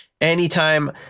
anytime